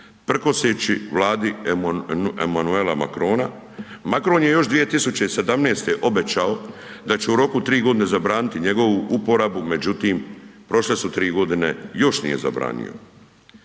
prkoseći Vladi Emanuela Macrona, Macron je još 2017. obećao da će u roku od 3.g. zabraniti njegovu uporabu, međutim, prošle su 3.g. još nije zabranio.